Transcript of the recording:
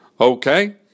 Okay